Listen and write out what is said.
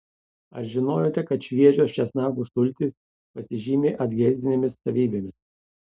ar žinojote kad šviežios česnakų sultys pasižymi adhezinėmis savybėmis